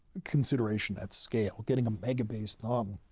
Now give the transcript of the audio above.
consideration at scale. getting a megabase done